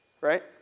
right